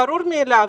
ברור מאליו,